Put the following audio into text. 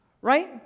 right